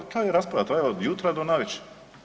Ta je rasprava trajala od jutra do navečer.